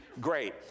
great